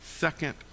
Second